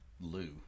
Lou